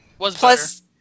Plus